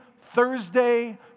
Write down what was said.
Thursday